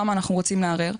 למה אנחנו רוצים לערער.